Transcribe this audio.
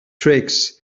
tricks